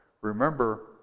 Remember